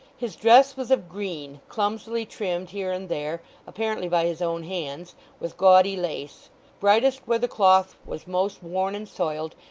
his dress was of green, clumsily trimmed here and there apparently by his own hands with gaudy lace brightest where the cloth was most worn and soiled,